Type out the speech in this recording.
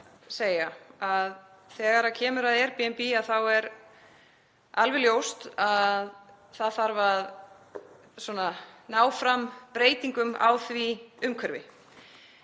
þegar kemur að Airbnb er alveg ljóst að það þarf að ná fram breytingum á því umhverfi.